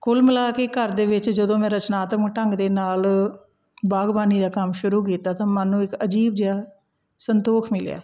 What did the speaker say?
ਕੁੱਲ ਮਿਲਾ ਕੇ ਘਰ ਦੇ ਵਿੱਚ ਜਦੋਂ ਮੈਂ ਰਚਨਾਤਮਕ ਢੰਗ ਦੇ ਨਾਲ਼ ਬਾਗਬਾਨੀ ਦਾ ਕੰਮ ਸ਼ੁਰੂ ਕੀਤਾ ਤਾਂ ਮਨ ਨੂੰ ਇੱਕ ਅਜੀਬ ਜਿਹਾ ਸੰਤੋਖ ਮਿਲਿਆ